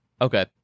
Okay